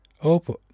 Open